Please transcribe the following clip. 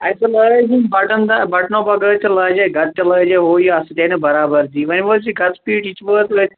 اَسہِ لأجاے یِم بٹن دار بٹنو بغأر تہِ لاجاے گتہٕ تہِ لاجاے ہُو یہِ اَتھ سۭتۍ آیہِ نہٕ برابٔری وۄنۍ وأژ یہِ گتہٕ پیٖٹۍ یِتہٕ وأژ وۅنۍ